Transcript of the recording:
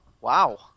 wow